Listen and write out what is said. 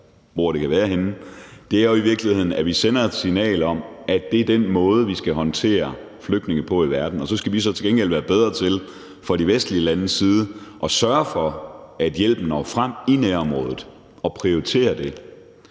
sinde bliver til noget, er jo i virkeligheden, at vi sender et signal om, at det er den måde, vi skal håndtere flygtninge på i verden. Så skal vi til gengæld være bedre til fra de vestlige landes side at sørge for, at hjælpen når frem i nærområdet, og prioritere det.